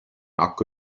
akku